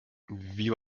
wie